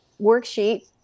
worksheet